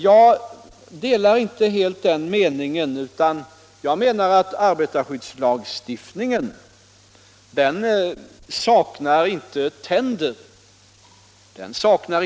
Jag delar inte den meningen. Jag menar att arbetarskyddslagstiftningen saknar inte tänder.